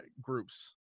groups